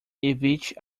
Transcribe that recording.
evite